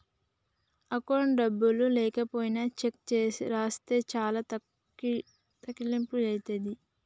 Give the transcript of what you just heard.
అకౌంట్లో డబ్బులు లేకపోయినా చెక్కు రాసిస్తే చానా తక్లీపు ఐతది